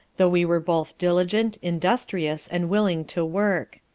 though we were both diligent, industrious, and willing to work.